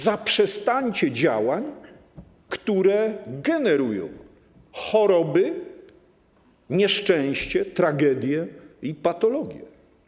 Zaprzestańcie działań, które generują choroby, nieszczęście, tragedie i patologie.